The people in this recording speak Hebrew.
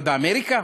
אבל באמריקה?